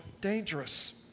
dangerous